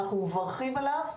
ואנחנו מברכים עליו.